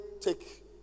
take